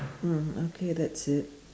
mm okay that's it